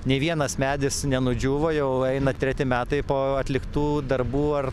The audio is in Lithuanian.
nei vienas medis nenudžiūvo jau eina treti metai po atliktų darbų ar